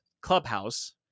clubhouse